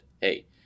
Hey